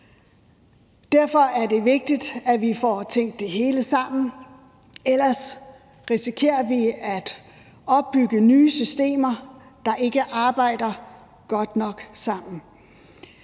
Derfor er det vigtigt, at vi får tænkt det hele sammen, ellers risikerer vi at opbygge nye systemer, der ikke arbejder godt nok sammen.